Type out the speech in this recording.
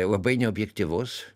labai neobjektyvus